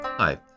Hi